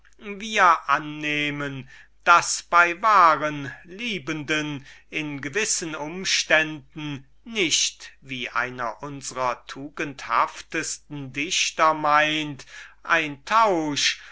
wir annehmen daß bei wahren liebenden in gewissen umständen nicht wie einer unsrer tugendhaftesten dichter meint ein tausch